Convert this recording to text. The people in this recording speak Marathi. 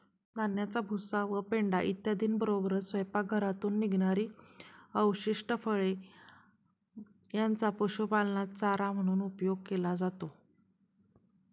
धान्याचा भुसा व पेंढा इत्यादींबरोबरच स्वयंपाकघरातून निघणारी अवशिष्ट फळे यांचा पशुपालनात चारा म्हणून केला जातो